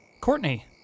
Courtney